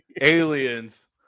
Aliens